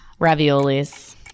Raviolis